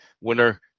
winner